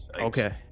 Okay